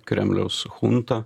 kremliaus chunta